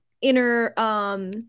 inner